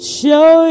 show